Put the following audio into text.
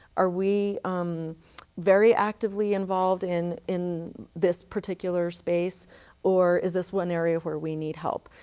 are we um very actively involved in in this particular space or is this one area where we need help.